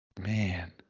Man